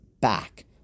back